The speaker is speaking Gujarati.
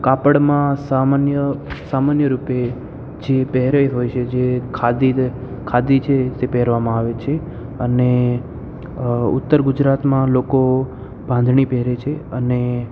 કાપડમાં સામાન્ય સામન્ય રૂપે જે પહેરે હોય છે જે ખાદી ખાદી છે તે પહેરવામાં આવે છે અને ઉત્તર ગુજરાતમાં લોકો બાંધણી પહેરે છે અને